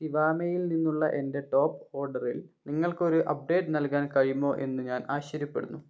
സിവാമേയിൽ നിന്നുള്ള എൻ്റെ ടോപ്പ് ഓർഡറിൽ നിങ്ങൾക്കൊരു അപ്ഡേറ്റ് നൽകാൻ കഴിയുമോ എന്ന് ഞാൻ ആശ്ചര്യപ്പെടുന്നു